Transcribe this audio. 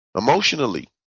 emotionally